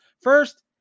first